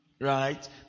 right